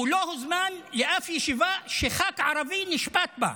הוא לא הוזמן לאף ישיבה שח"כ ערבי נשפט בה.